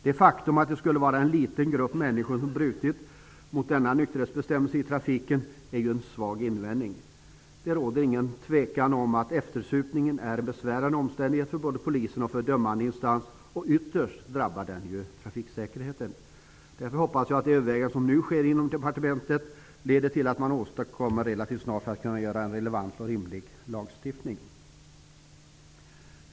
Det faktum att det skulle vara en liten grupp människor som har brutit mot denna nykterhetsbestämmelse i trafiken är en svag invändning. Det råder inget tvivel om att eftersupningen är en besvärande omständighet både för polisen och för dömande instans och ytterst drabbar den trafiksäkerheten. Därför hoppas jag att det övervägande som nu sker inom departementet leder till att man återkommer relativt snart, så att vi kan skapa en relevant och rimlig lagstiftning.